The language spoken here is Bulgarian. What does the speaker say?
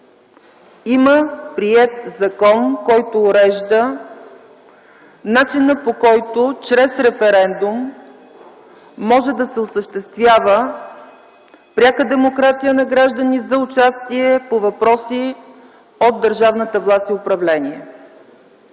Има приет закон, който урежда начина, по който чрез референдум може да се осъществява пряка демокрация на гражданите за участие по въпроси от държавата власт и управление.